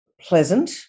pleasant